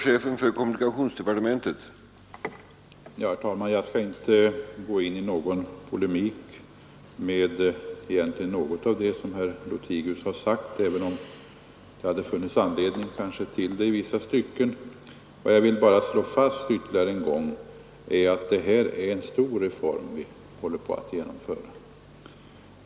Herr talman! Jag skall inte gå in i någon polemik mot något av vad herr Lothigius har sagt, även om det i vissa stycken kunde finnas anledning därtill. Jag vill bara ytterligare en gång slå fast att det är en stor reform som vi håller på att genomföra.